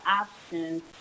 options